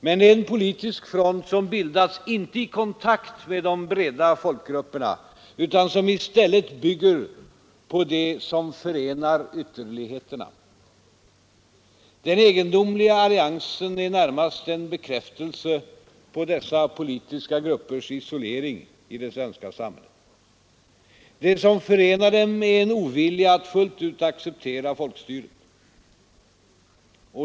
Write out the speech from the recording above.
Men det är en politisk front som inte bildats i kontakt med de breda folkgrupperna utan som i stället bygger på det som förenar ytterligheterna. Den egendomliga alliansen är närmast en bekräftelse på dessa politiska gruppers isolering i det svenska samhället. Det som förenar dem är en ovilja att fullt ut acceptera folkstyret.